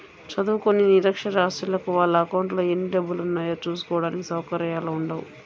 చదువుకోని నిరక్షరాస్యులకు వాళ్ళ అకౌంట్లలో ఎన్ని డబ్బులున్నాయో చూసుకోడానికి సౌకర్యాలు ఉండవు